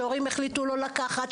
שהורים החליטו לא לקחת,